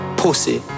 pussy